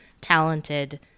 talented